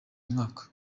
mwaka